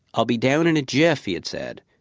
i'll be down in a jiff, he had said,